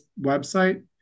website